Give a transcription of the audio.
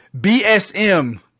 BSM